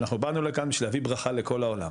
אנחנו באנו לכאן בשביל להביא ברכה לכל העולם,